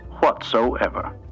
whatsoever